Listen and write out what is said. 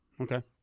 Okay